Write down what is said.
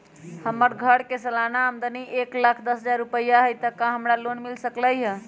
हमर घर के सालाना आमदनी एक लाख दस हजार रुपैया हाई त का हमरा लोन मिल सकलई ह?